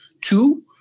Two